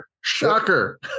Shocker